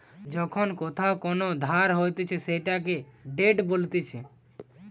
যখন কোথাও কোন ধার হতিছে সেটাকে ডেট বলতিছে